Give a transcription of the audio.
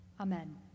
Amen